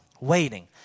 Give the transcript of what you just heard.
waiting